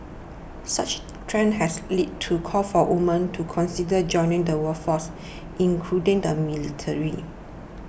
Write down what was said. such trends have led to calls for women to consider joining the workforce including the military